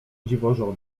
dziwożony